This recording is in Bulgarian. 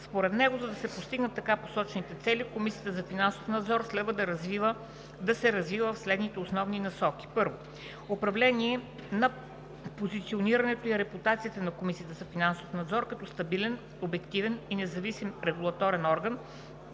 Според него, за да се постигнат така посочените цели, Комисията за финансов надзор следва да се развива в следните основни насоки: 1. Управление на позиционирането и репутацията на Комисията за финансов надзор като стабилен, обективен и независим регулаторен орган